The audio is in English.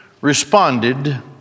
responded